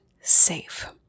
safe